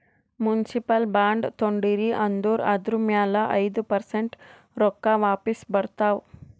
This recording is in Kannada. ಮುನ್ಸಿಪಲ್ ಬಾಂಡ್ ತೊಂಡಿರಿ ಅಂದುರ್ ಅದುರ್ ಮ್ಯಾಲ ಐಯ್ದ ಪರ್ಸೆಂಟ್ ರೊಕ್ಕಾ ವಾಪಿಸ್ ಬರ್ತಾವ್